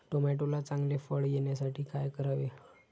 टोमॅटोला चांगले फळ येण्यासाठी काय करावे?